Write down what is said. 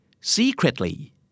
Secretly